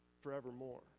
forevermore